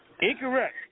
Incorrect